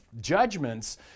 judgments